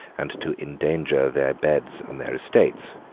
and to endanger their beads and their estates,